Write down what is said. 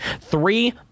three